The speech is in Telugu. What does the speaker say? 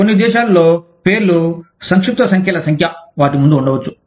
కొన్ని దేశాలలో పేర్లు సంక్షిప్త సంఖ్యల సంఖ్య వాటి ముందు ఉండవచ్చు